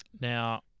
Now